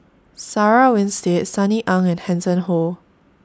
Sarah Winstedt Sunny Ang and Hanson Ho